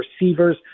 receivers